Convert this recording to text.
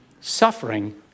Suffering